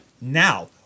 now